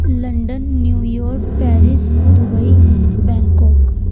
London New York Paris Dubai Bangkok